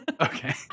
Okay